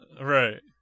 Right